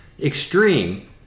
extreme